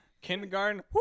Kindergarten